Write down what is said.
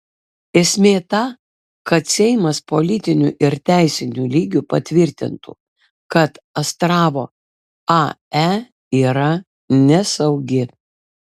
esmė ta kad seimas politiniu ir teisiniu lygiu patvirtintų kad astravo ae yra nesaugi